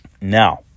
Now